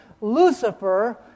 Lucifer